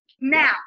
now